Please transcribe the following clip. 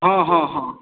हँ हँ हँ